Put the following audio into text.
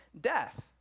death